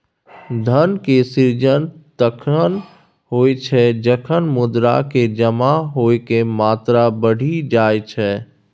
धन के सृजन तखण होइ छै, जखन मुद्रा के जमा होइके मात्रा बढ़ि जाई छै